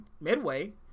midway